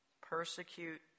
persecute